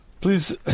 please